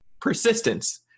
persistence